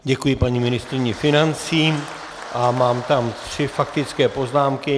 Děkuji paní ministryni financí a mám tam tři faktické poznámky.